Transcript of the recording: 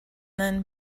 then